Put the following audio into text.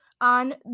on